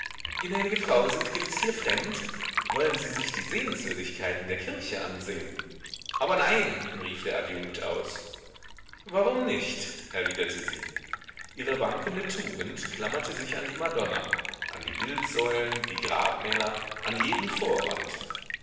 gnädige frau sind gewiß hier fremd wollen sie sich die sehenswürdigkeiten der kirche ansehen aber nein rief der adjunkt aus warum nicht erwiderte sie ihre wankende tugend klammerte sich an die madonna an die bildsäulen die grabmäler an jeden vorwand